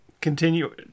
Continue